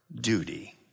duty